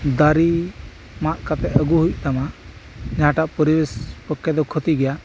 ᱫᱟᱨᱮ ᱢᱟᱜ ᱠᱟᱛᱮᱜ ᱟᱜᱩ ᱦᱩᱭᱩᱜ ᱛᱟᱢᱟ ᱡᱟᱦᱟᱸᱴᱟᱜ ᱯᱚᱨᱤᱵᱮᱥ ᱯᱚᱠᱠᱷᱮ ᱫᱚ ᱠᱷᱚᱛᱤ ᱜᱮᱭᱟ